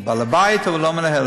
הוא בעל-הבית אבל הוא לא מנהל.